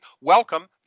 welcome